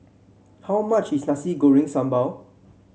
how much is Nasi Goreng Sambal